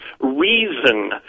reason